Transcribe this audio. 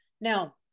Now